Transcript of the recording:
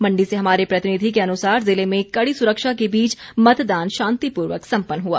मण्डी से हमारे प्रतिनिधि के अनुसार जिले में कड़ी सुरक्षा के बीच मतदान शांतिपूर्वक संपन्न हआ